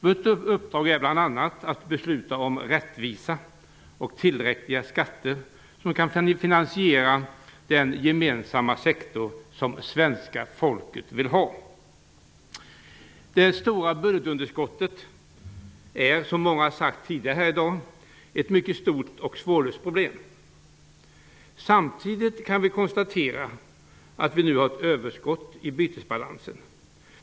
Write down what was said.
Vårt uppdrag är bl.a. att besluta om rättvisa och tillräckliga skatter, som kan finansiera den gemensamma sektor som svenska folket vill ha. Det stora budgetunderskottet är, som många tidigare i dag har sagt, ett mycket stort och svårlöst problem. Samtidigt kan vi konstatera att vi nu har ett överskott i bytesbalansen.